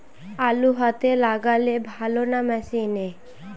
আলু হাতে লাগালে ভালো না মেশিনে?